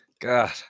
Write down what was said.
God